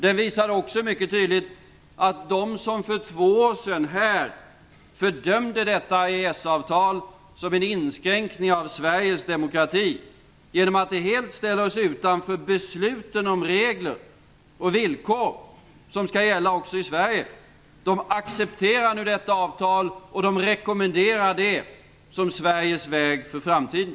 Den visade också mycket tydligt att de som för två år sedan fördömde detta EES-avtal som en inskränkning av Sveriges demokrati - genom att det ställer oss helt utanför besluten om regler och villkor som skall gälla också i Sverige - nu accepterar detta avtal och rekommenderar det som Sveriges väg i framtiden.